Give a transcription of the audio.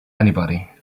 anybody